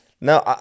No